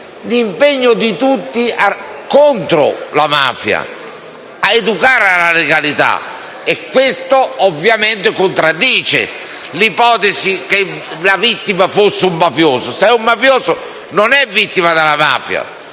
l'impegno di tutti contro la mafia, educando alla legalità. Questo ovviamente contraddice l'ipotesi che la vittima fosse un mafioso. Se fosse un mafioso non sarebbe vittima della mafia.